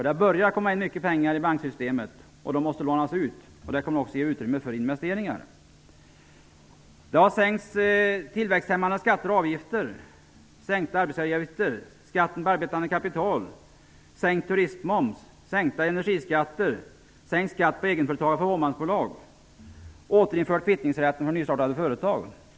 Det börjar komma in mycket pengar i banksystemet, och dessa pengar måste lånas ut. Det kommer att ge utrymme för investeringar. Tillväxthämmande skatter och avgifter har sänkts. Vi har exempelvis fått sänkta arbetsgivaravgifter. Skatten på arbetande kapital har sänkts. Vi har fått sänkt turistmoms, sänkta energiskatter, sänkt skatt för egenföretagare och fåmansbolag, och kvittningsrätten för nystartade företag har återinförts.